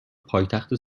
پایتخت